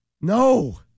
No